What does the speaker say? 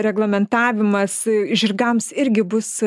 reglamentavimas žirgams irgi bus